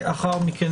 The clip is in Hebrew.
להתייחסויות.